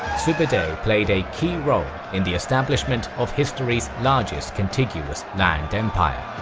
sube'etei played a key role in the establishment of history's largest contiguous land empire.